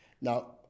Now